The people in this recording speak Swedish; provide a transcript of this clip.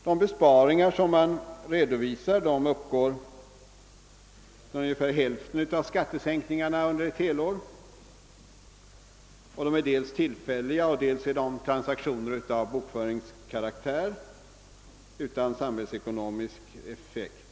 De besparingar som man redovisar uppgår till ungefär hälften av skattesänkningen under ett helt år och de är dels tillfälliga, dels transaktioner av bokföringskaraktär utan samhällsekonomisk effekt.